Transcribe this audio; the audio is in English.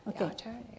Okay